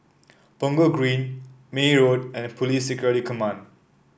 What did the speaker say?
Punggol Green May Road and Police Security Command